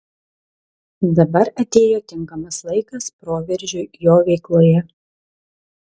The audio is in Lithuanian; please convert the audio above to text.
dabar atėjo tinkamas laikas proveržiui jo veikloje